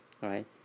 right